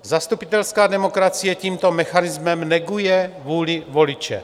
Zastupitelská demokracie tímto mechanismem neguje vůli voliče.